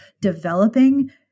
developing